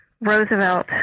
Roosevelt